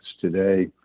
today